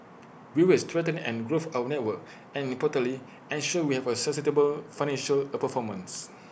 we will strengthen and grows our network and importantly ensure we have A sustainable financial A performance